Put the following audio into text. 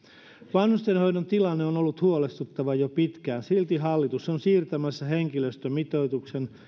vanhustenhoidon tilanne on ollut huolestuttava jo pitkään silti hallitus on siirtämässä henkilöstömitoituksen